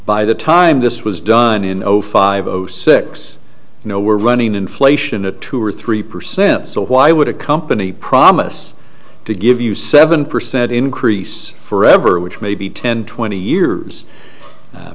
by the time this was done in zero five zero six you know we're running inflation at two or three percent so why would a company promise to give you seven percent increase forever which may be ten twenty